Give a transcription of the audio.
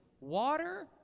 Water